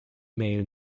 mail